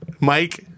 Mike